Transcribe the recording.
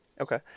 okay